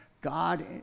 God